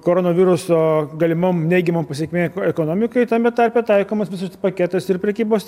koronaviruso galimom neigiamom pasekmė ekonomikai tame tarpe taikomas visas paketas ir prekybos